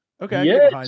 Okay